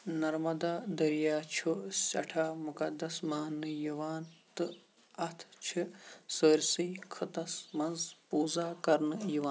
نرمدا دٔریاو چھُ سٮ۪ٹھاہ مُقدس مانٛنہٕ یِوان تہٕ اتھ چھِ سٲرِسٕے خٕطس منٛز پوٗزا کرنہٕ یوان